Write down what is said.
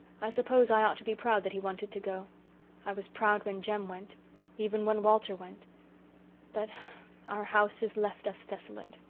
i suppose i ought to be proud that he wanted to go i was proud when jem went even when walter went but our house is left us desolate